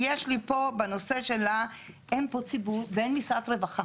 יש לי פה בנושא הזה, אין ציבור ואין משרד רווחה.